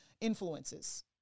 influences